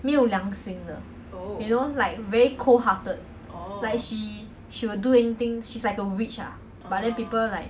没有良心的 you know like very cold hearted like she she will do anything she's like a witch ah but then people like